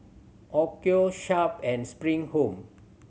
Onkyo Sharp and Spring Home